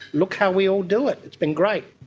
look how we all do it. it's been great.